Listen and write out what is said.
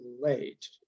late